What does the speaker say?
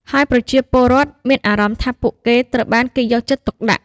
ហើយប្រជាពលរដ្ឋមានអារម្មណ៍ថាពួកគេត្រូវបានគេយកចិត្តទុកដាក់។